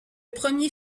premier